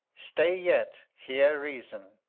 stay yet hear reason.